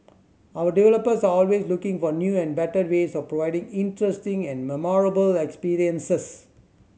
our developers are always looking for new and better ways of providing interesting and memorable experiences